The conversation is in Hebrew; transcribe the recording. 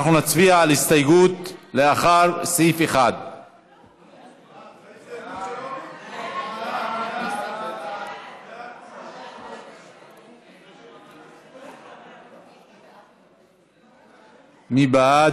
אנחנו נצביע על ההסתייגות לאחר סעיף 1. מי בעד?